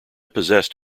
possessed